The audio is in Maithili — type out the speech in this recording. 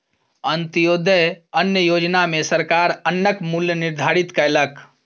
अन्त्योदय अन्न योजना में सरकार अन्नक मूल्य निर्धारित कयलक